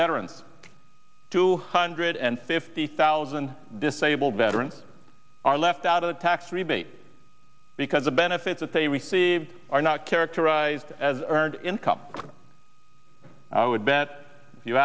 veterans two hundred and fifty thousand disabled veterans are left out of the tax rebate because the benefits that they receive are not characterized as earned income i would bet